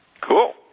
Cool